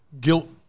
guilt